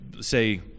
say